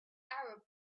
arab